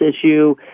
issue